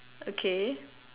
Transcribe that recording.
okay